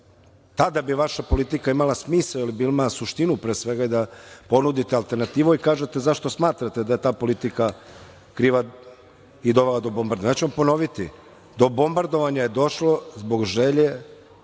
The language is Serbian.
tada bi vaša politika imala smisao ili suštinu pre svega da ponudite alternativu i da kažete zašto smatrate da je ta politika kriva i da je dovela do bombardovanja. Ja ću vam ponoviti, do bombardovanja je došlo zbog želje